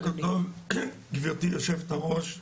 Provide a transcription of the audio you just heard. גבירתי יושבת הראש,